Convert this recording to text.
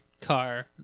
car